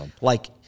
like-